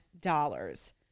dollars